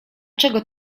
czego